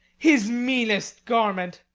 his meanest garment!